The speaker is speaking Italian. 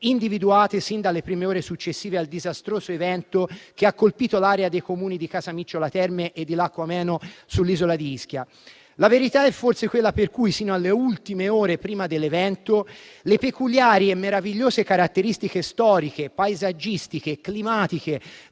individuate sin dalle prime ore successive al disastroso evento che ha colpito l'area dei Comuni di Casamicciola Terme e di Lacco Ameno, sull'isola di Ischia. La verità è forse che, sino alle ultime ore prima dell'evento, le peculiari e meravigliose caratteristiche storiche, paesaggistiche e climatiche